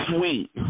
Sweet